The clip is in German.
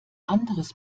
anderes